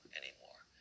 anymore